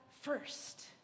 first